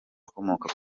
akomoka